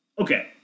Okay